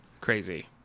Crazy